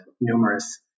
numerous